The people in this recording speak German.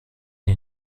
der